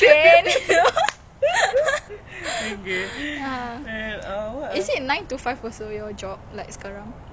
!wow! you got night shift also